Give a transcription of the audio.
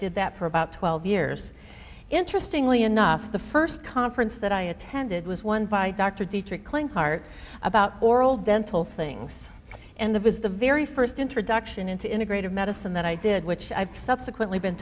did that for about twelve years interestingly enough the first conference that i attended was one by dr dietrich langhart about oral dental things and that was the very first introduction into integrative medicine that i did which i subsequently been